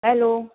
hello